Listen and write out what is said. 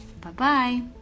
Bye-bye